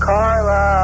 Carla